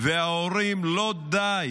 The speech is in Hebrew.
וההורים, לא די